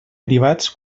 privats